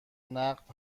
نقد